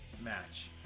match